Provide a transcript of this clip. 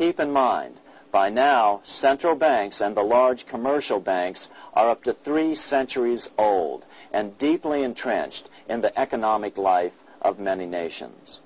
in mind by now central banks and the large commercial banks are up to three centuries old and deeply entrenched in the economic life of many nations